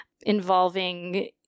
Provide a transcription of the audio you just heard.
involving